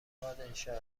پادشاه